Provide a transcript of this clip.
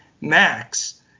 max